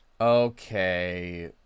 Okay